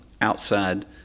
outside